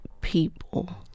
people